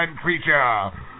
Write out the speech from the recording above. creature